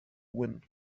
win